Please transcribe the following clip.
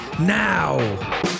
now